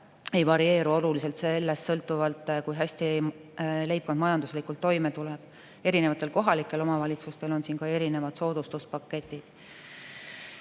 ei varieeru oluliselt sellest sõltuvalt, kui hästi leibkond majanduslikult toime tuleb. Erinevatel kohalikel omavalitsustel on siin ka erinevad soodustuspaketid.